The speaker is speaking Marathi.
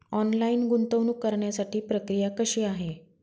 ऑनलाईन गुंतवणूक करण्यासाठी प्रक्रिया कशी आहे?